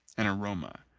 an aroma,